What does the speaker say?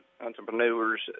entrepreneurs